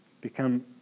become